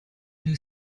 new